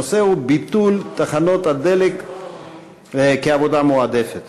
הנושא הוא: ביטול עבודה בתחנות הדלק כעבודה מועדפת.